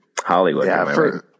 Hollywood